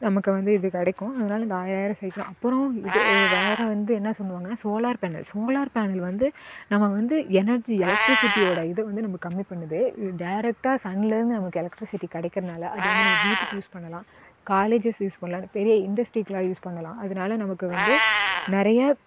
நமக்கு வந்து இது கிடைக்கும் அதுனால இந்த ஆயிரம் ஆயிரம் சேர்க்குறோம் அப்புறோம் இது வேறு வந்து என்னா சொல்லுவாங்கனா சோலார் பேனல் சோலார் பேனல் வந்து நம்ம வந்து எனர்ஜி எலக்ட்ரிசிட்டியோடய இதை வந்து நம்ம கம்மி பண்ணுது இது டேரெக்டாக சன்லர்ந்து நமக்கு எலக்ரிசிட்டி கிடைக்கிறனால அது வந்து நம்ம வீட்டுக்கு யூஸ் பண்ணலாம் காலேஜஸ் யூஸ் பண்ணலாம் பெரிய இண்டஸ்ட்ரீக்கலாம் யூஸ் பண்ணலாம் அதனால நமக்கு வந்து நிறைய